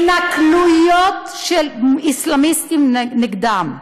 התנכלויות של אסלאמיסטים נגדם.